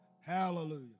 Hallelujah